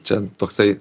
čia toksai